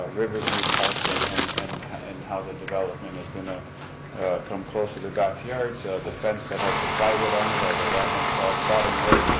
ah riverview park and and and how the development is going to come close to the backyard so the fence that has the plywood on it, although that one's solved, sodom road,